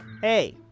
Hey